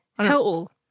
total